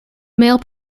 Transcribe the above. male